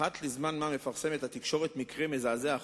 אחת לזמן מה מפרסמת התקשורת מקרה מזעזע אחר,